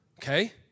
Okay